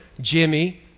Jimmy